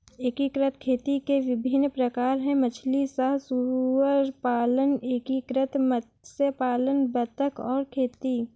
एकीकृत खेती के विभिन्न प्रकार हैं मछली सह सुअर पालन, एकीकृत मत्स्य पालन बतख और खेती